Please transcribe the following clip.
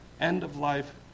End-of-life